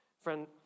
Friend